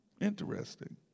Interesting